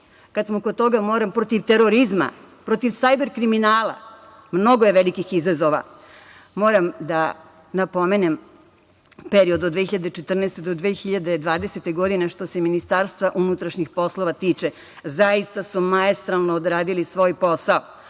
toga se treba boriti. Protiv terorizma, protiv sajber kriminala. Mnogo je velikih izazova. Moram da napomenem period od 2014. godine do 2020. godine što se Ministarstva unutrašnjih poslova tiče, zaista su maestralno uradili svoj posao.